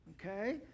okay